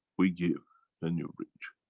we give then you reach.